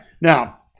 Now